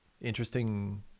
interesting